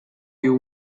you